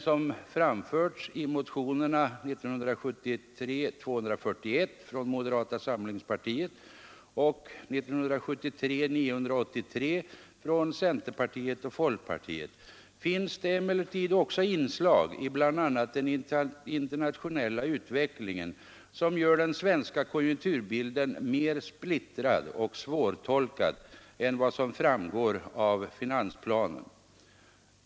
Som framförts i motionerna 1973:241 från moderata samlingspartiet och 1973:983 från centerpartiet och folkpartiet finns det emellertid också inslag i bl.a. den internationella utvecklingen som gör den svenska konjunkturbilden mer splittrad och svårtolkad än vad som framgår av finansplanen.